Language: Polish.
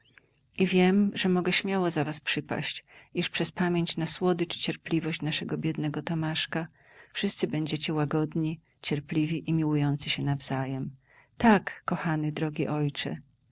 i wiem że mogę śmiało za was przyrzec iż przez pamięć na słodycz i cierpliwość naszego biednego tomaszka wszyscy będziecie łagodni cierpliwi i miłujący się wzajem tak kochany drogi ojcze